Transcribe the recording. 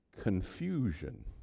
confusion